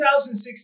2016